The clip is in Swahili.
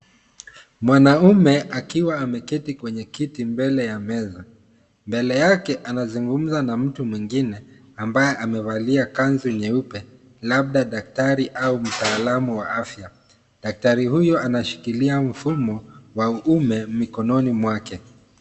Mwanaume akiwa ameketi kwenye kiti mbele ya meza. Mbele yake anazungumza na mtu mwingine ambaye amevalia kanzu nyeupe labda daktari au mtaalam wa afya. Daktari huyu anashikilia mfumo wa uume mikononi mwake.